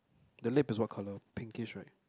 the lab is what colour pinkish right